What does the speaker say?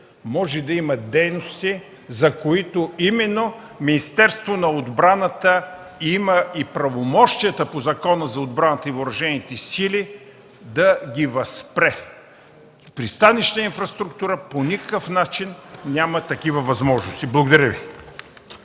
може да има дейности, за които Министерството на отбраната има правомощия да ги възпре по Закона за отбраната и въоръжените сили. „Пристанищна инфраструктура” по никакъв начин няма такива възможности. Благодаря.